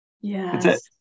Yes